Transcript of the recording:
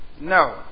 No